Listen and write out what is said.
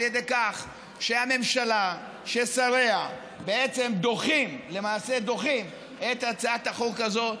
על ידי כך שהממשלה ושריה בעצם דוחים את הצעת החוק הזו,